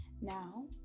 Now